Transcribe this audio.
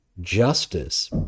justice